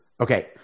Okay